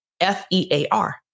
F-E-A-R